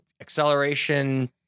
Acceleration